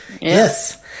Yes